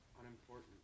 Unimportant